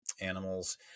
animals